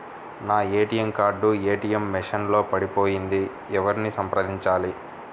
నా ATM card ATM machine లో పడిపోయింది ఎవరిని సంప్రదించాలి?